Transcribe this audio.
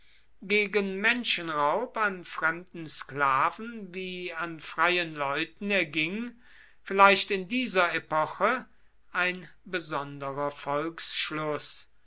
gegen menschenraub an fremden sklaven wie an freien leuten erging vielleicht in dieser epoche ein besonderer